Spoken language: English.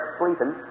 sleeping